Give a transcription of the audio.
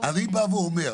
אני בא ואומר,